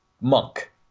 monk